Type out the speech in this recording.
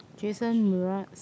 Jason-Mraz